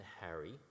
Harry